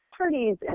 parties